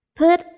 put